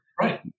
Right